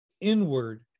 inward